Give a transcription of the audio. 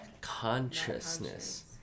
Consciousness